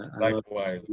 Likewise